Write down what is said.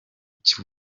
cy’u